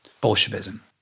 Bolshevism